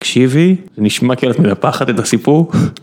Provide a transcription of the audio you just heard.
דותן סתום כבר